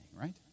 right